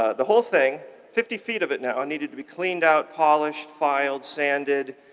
the whole thing, fifty feet of it now needed to be cleaned out, polished, filed, sanded,